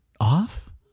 off